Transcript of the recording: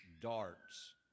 darts